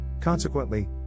Consequently